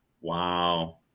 Wow